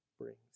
brings